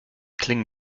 klingen